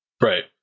Right